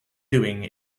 doing